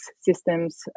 systems